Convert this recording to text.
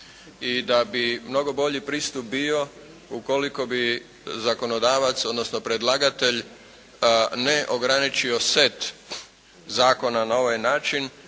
i da bi mnogo bolji pristup bio ukoliko bi zakonodavac odnosno predlagatelj ne ograničio set zakona na ovaj način